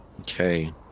Okay